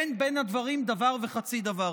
אין בין הדברים דבר וחצי דבר.